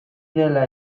dela